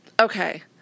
okay